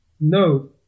No